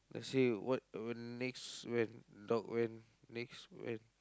let's see what uh next when dog when next when